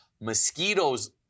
Mosquitoes